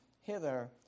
hither